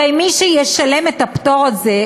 הרי מי שישלמו את הפטור הזה,